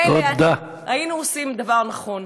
מילא היינו עושים דבר נכון,